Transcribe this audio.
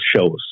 shows